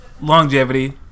longevity